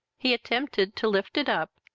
he attempted to lift it up,